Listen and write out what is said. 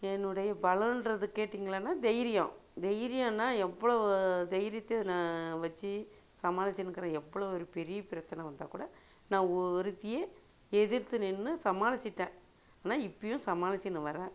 என்னுடைய பலம்கிறது கேட்டிங்கன்னா தைரியம் தைரியம்னால் எவ்வளோ தைரியத்தையும் நான் வச்சு சமாளிச்சுன்ருக்குறேன் எவ்வளோ ஒரு பெரிய பிரச்சினை வந்தால் கூட நான் ஒருத்தியே எதிர்த்து நின்று சமாளிச்சுட்டேன் ஆனால் இப்பவும் சமாளிச்சுன்னு வரேன்